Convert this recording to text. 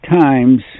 times